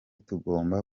tugomba